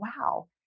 wow